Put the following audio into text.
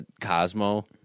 Cosmo